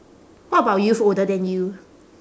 what about youth older than you